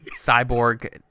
cyborg